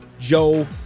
Joe